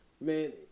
Man